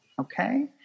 Okay